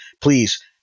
Please